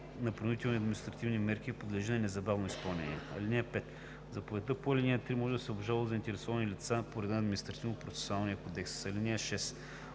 на принудителни административни мерки подлежи на незабавно изпълнение. (5) Заповедта по ал. 3 може да се обжалва от заинтересованите лица по реда на Административнопроцесуалния кодекс. (6)